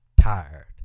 tired